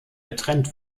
getrennt